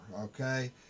okay